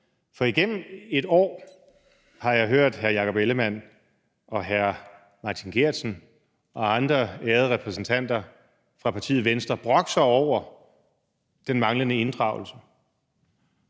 For igennem et år har jeg hørt hr. Jakob Ellemann-Jensen, hr. Martin Geertsen og andre ærede repræsentanter fra partiet Venstre brokke sig over den manglende inddragelse.